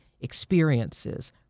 experiences